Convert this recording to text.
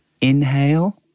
inhale